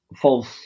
false